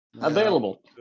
Available